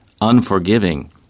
unforgiving